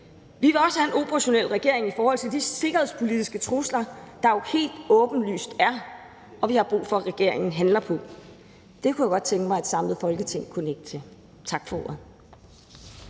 Vi vil også have en operationel regering i forhold til de sikkerhedspolitiske trusler, der jo helt åbenlyst er, og vi har brug for, at regeringen handler på dem. Det kunne jeg godt tænke mig at et samlet Folketing kunne nikke til. Tak for ordet.